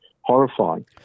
horrifying